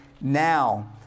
now